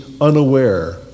unaware